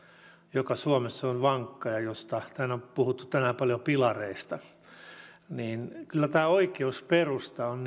joka suomessa on vankka täällä on puhuttu tänään paljon pilareista niin kyllä tämä oikeusperusta on